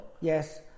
Yes